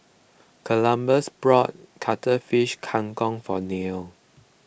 Columbus bought Cuttlefish Kang Kong for Neil